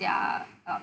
their um